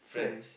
friends